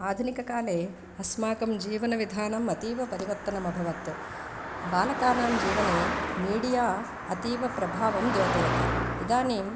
आधुनिक काले अस्माकं जिवनविधानम् अतीव परिवर्तनम् अभवत् बालकानां जीवने मीडिया अतीव प्रभावं द्योतयति इदानीं